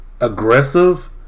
aggressive